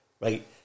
right